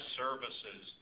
services